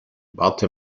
warte